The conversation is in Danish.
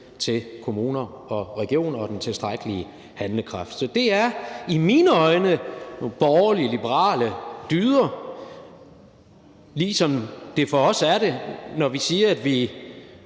til kommuner og regioner og den tilstrækkelige handlekraft. Så det er i mine øjne nogle borgerlig-liberale dyder, ligesom det for os er det, når vi siger, at vi